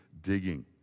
digging